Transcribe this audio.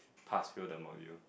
past fail the module